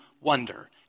wonder